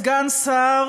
סגן שר